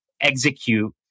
execute